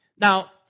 now